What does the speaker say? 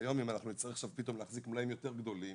היום אם נצטרך פתאום להחזיק מלאים יותר גדולים,